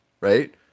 right